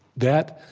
that,